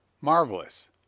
Marvelous